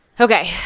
Okay